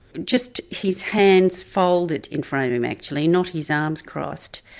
just his hands folded in front of him actually, not his arms crossed,